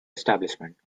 establishment